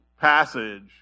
passage